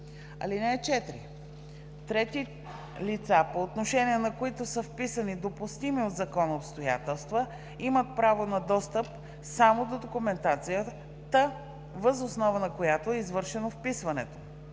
(4) Трети лица, по отношение на които са вписани допустими от закона обстоятелства, имат право на достъп само до документацията, въз основа на която е извършено вписването.